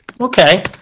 Okay